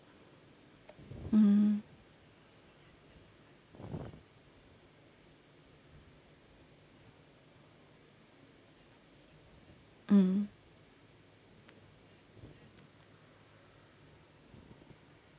mm mm